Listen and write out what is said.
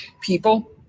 people